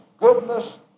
goodness